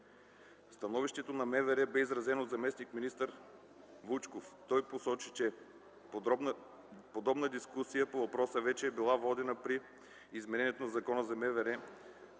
Становището на МВР бе изразено от заместник-министър Вучков. Той посочи, че подробна дискусия по въпроса вече е била водена при измененията в Закона за МВР,